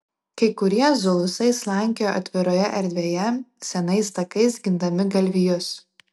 kai kurie zulusai slankiojo atviroje erdvėje senais takais gindami galvijus